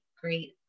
great